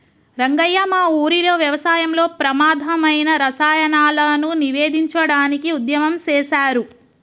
రంగయ్య మా ఊరిలో వ్యవసాయంలో ప్రమాధమైన రసాయనాలను నివేదించడానికి ఉద్యమం సేసారు